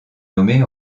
nommée